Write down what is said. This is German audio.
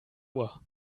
ohr